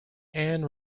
ann